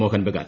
Mohan Bagan